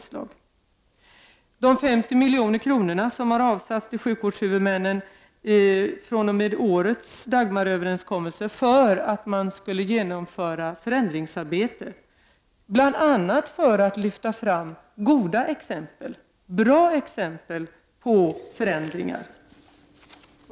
Vidare kan jag nämna de 50 milj.kr. som har avsatts till sjukvårdshuvudmännen fr.o.m. årets Dagmaröverenskommelse för genomförande av ett förändringsarbete, bl.a. i syfte att få fram goda exempel på förändringar.